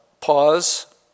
pause